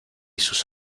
sus